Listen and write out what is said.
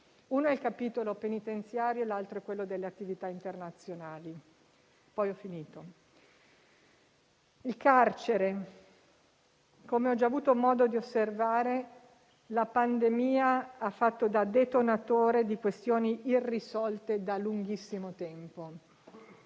Uno è il capitolo penitenziario e l'altro è quello delle attività internazionali. Quanto al carcere, come ho già avuto modo di osservare, la pandemia ha fatto da detonatore a questioni irrisolte da lunghissimo tempo.